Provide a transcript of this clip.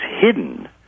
hidden